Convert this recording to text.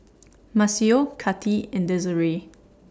Maceo Kati and Desirae